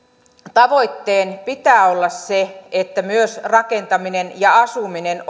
tavoitteen pitää olla se että myös rakentaminen ja asuminen